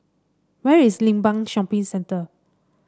where is Limbang Shopping Centre